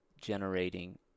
generating